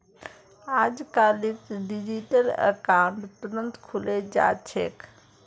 अजकालित digital account तुरंत खुले जा छेक